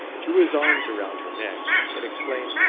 threw his arms around her neck, and exclaimed,